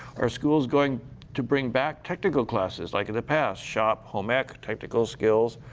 are schools going to bring back technical classes like in the past? shop, home ec, technical skills.